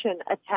attack